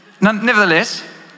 Nevertheless